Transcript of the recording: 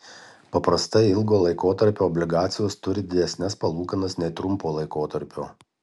paprastai ilgo laikotarpio obligacijos turi didesnes palūkanas nei trumpo laikotarpio